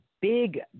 big